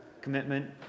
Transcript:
commitment